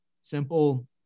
simple